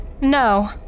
No